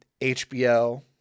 HBO